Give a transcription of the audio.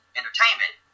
entertainment